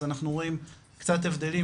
אז אנחנו רואים קצת הבדלים,